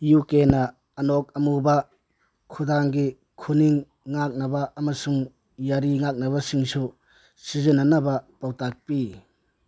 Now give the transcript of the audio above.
ꯌꯨꯀꯦꯅ ꯑꯥꯅꯣꯛ ꯑꯃꯨꯕ ꯈꯨꯗꯥꯡꯒꯤ ꯈꯨꯅꯤꯡ ꯉꯥꯛꯅꯕ ꯑꯃꯁꯨꯡ ꯌꯥꯔꯤ ꯉꯥꯛꯅꯕꯁꯤꯡꯁꯨ ꯁꯤꯖꯤꯟꯅꯅꯕ ꯄꯥꯎꯇꯥꯛ ꯄꯤ